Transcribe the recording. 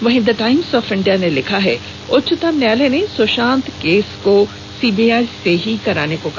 वहीं the Times of India ने लिखा है उच्चतम न्यायालय ने सुशांत केस को सीबीआई से ही कराने को कहा